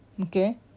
Okay